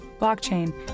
blockchain